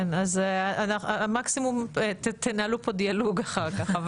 כן, אז המקסימום תנהלו פה דיאלוג אחר כך.